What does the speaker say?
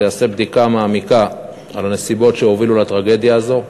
שתיעשה בדיקה מעמיקה על הנסיבות שהובילו לטרגדיה הזאת.